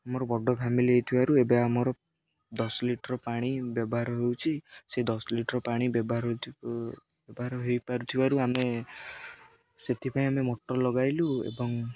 ଆମର ବଡ଼ ଫ୍ୟାମିଲି ହେଇଥିବାରୁ ଏବେ ଆମର ଦଶ ଲିଟର ପାଣି ବ୍ୟବହାର ହେଉଛିି ସେ ଦଶ ଲିଟର ପାଣି ବ୍ୟବହାର ବ୍ୟବହାର ହେଇପାରୁଥିବାରୁ ଆମେ ସେଥିପାଇଁ ଆମେ ମଟର ଲଗାଇଲୁ ଏବଂ